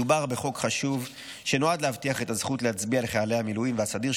מדובר בחוק חשוב שנועד להבטיח את הזכות להצביע לחיילי המילואים והסדיר,